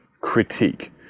critique